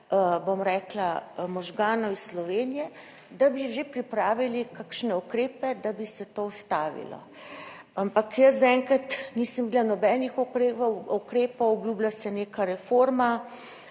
bom rekla, možganov iz Slovenije, da bi že pripravili kakšne ukrepe, da bi se to ustavilo. Ampak jaz zaenkrat nisem videla nobenih ukrepov. Obljublja se neka reforma,